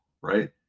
right